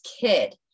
kid